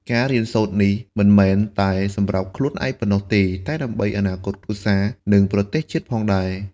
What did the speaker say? ការរៀនសូត្រនេះមិនមែនតែសម្រាប់ខ្លួនឯងប៉ុណ្ណោះទេ តែដើម្បីអនាគតគ្រួសារ និងប្រទេសជាតិផងដែរ។